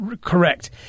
correct